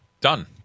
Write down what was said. Done